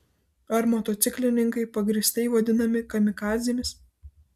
ar motociklininkai pagrįstai vadinami kamikadzėmis